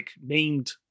named